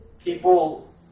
people